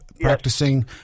practicing